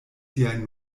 siajn